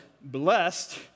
blessed